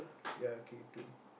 ya K-two